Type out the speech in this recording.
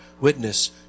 witness